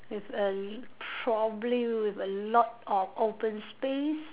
with a probably with a lot of open space